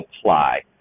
apply